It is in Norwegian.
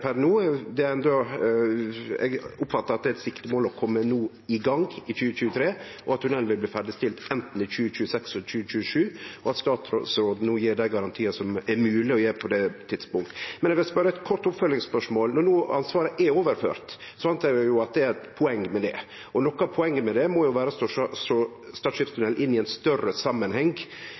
no er eit siktemål å kome i gang i 2023, at tunnelen vil bli ferdigstilt anten i 2026 eller i 2027, og at statsråden no gjev dei garantiane som er mogleg å gje på dette tidspunktet. Men eg vil stille eit kort oppfølgingsspørsmål. Når no ansvaret er overført, reknar eg jo med at det er eit poeng med det. Noko av poenget med det må jo vere å sjå Stad skipstunnel i ein større samanheng,